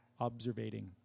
observating